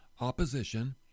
opposition